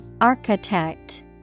Architect